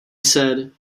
said